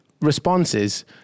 responses